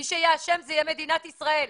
מי שיהיה אשם, זה מדינת ישראל.